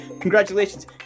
congratulations